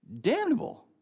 damnable